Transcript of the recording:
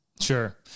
Sure